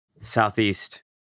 Southeast